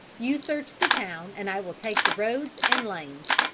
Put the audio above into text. you search the town and i will take the road and lanes.